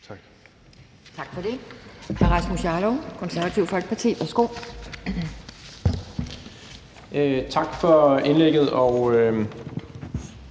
Tak.